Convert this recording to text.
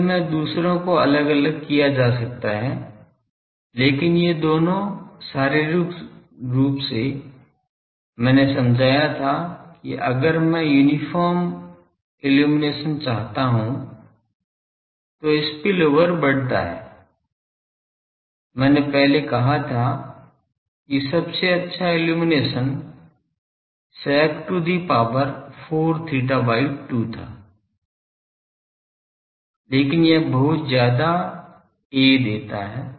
असल में दूसरों को अलग अलग किया जा सकता है लेकिन ये दोनों शारीरिक रूप से मैंने समझाया था कि अगर मैं यूनिफार्म इल्लुमिनेशन चाहता हूं तो स्पिलओवर बढ़ता है मैंने पहले कहा था कि सबसे अच्छा illumination sec to the power 4 theta by 2 था लेकिन यह बहुत ज्यादा a देता है